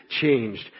changed